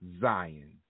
Zion